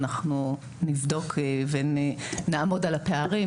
אנחנו נבדוק ונעמוד על הפערים,